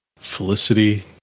Felicity